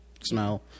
smell